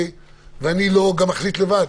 אני גם לא מחליט לבד.